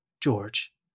George